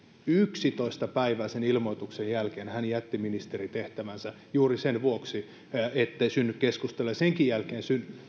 yksitoista päivää sen ilmoituksen jälkeen hän jätti ministeritehtävänsä juuri sen vuoksi ettei synny keskustelua ja senkin jälkeen